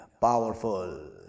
powerful